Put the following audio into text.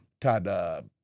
Todd